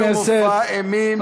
ראינו מופע אימים, חברי הכנסת.